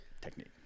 technique